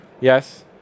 Yes